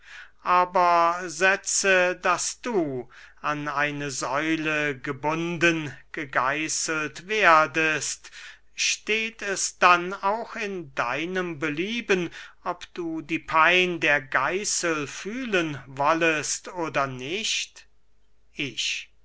aber setze daß du an eine säule gebunden gegeißelt werdest steht es dann auch in deinem belieben ob du die pein der geißel fühlen wollest oder nicht ich